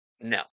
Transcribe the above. No